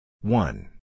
One